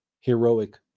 heroic